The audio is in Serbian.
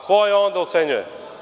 Ko je on da ocenjuje?